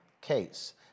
case